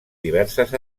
diverses